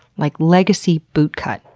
like legacy bootcut,